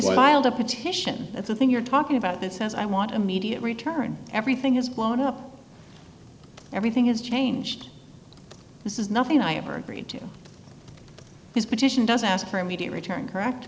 filed a petition at the thing you're talking about that says i want immediate return everything has blown up everything has changed this is nothing i ever agreed to his petition doesn't ask for immediate return correct